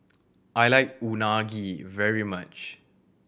I like Unagi very much